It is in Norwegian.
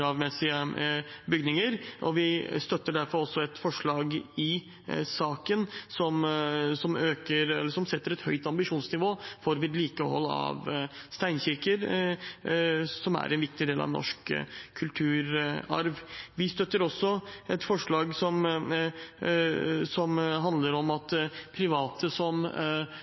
bygninger. Vi støtter derfor også et forslag i saken som setter et høyt ambisjonsnivå for vedlikehold av steinkirker, som er en viktig del av norsk kulturarv. Vi støtter også et forslag som handler om at private